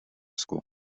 school